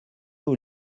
aux